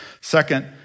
Second